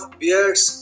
beards